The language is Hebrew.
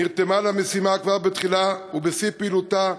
נרתמה למשימה כבר בתחילתה, ובשיא פעילותה,